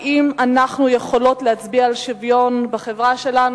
האם אנחנו יכולות להצביע על שוויון בחברה שלנו?